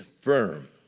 firm